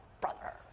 brother